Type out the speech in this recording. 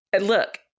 Look